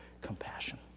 compassion